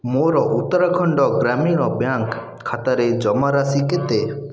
ମୋର ଉତ୍ତରାଖଣ୍ଡ ଗ୍ରାମୀଣ ବ୍ୟାଙ୍କ୍ ଖାତାରେ ଜମାରାଶି କେତେ